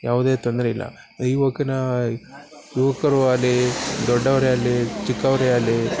ಯಾವುದೇ ತೊಂದರೆ ಇಲ್ಲ ಯುವಕನ ಯುವಕರು ಆಗ್ಲೀ ದೊಡ್ಡವರೇ ಆಗ್ಲಿ ಚಿಕ್ಕವರೇ ಆಗ್ಲೀ